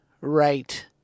right